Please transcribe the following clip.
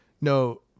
No